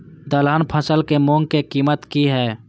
दलहन फसल के मूँग के कीमत की हय?